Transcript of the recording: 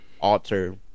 alter